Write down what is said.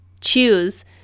choose